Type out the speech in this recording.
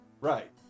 Right